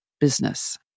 business